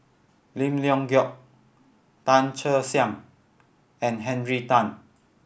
Lim Leong Geok Tan Che Sang and Henry Tan